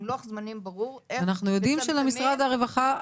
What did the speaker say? עם לוח זמנים ברור איך מתכננים --- אנחנו יודעים שלמשרד הרווחה,